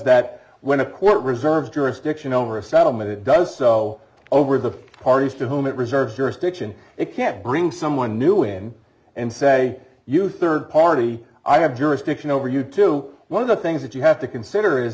that when a court reserves jurisdiction over a settlement it does so over the parties to whom it reserves jurisdiction it can't bring someone new in and say you third party i have jurisdiction over you to one of the things that you have to consider is